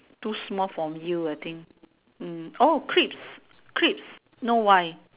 too small for you I think oh crisp crisp no Y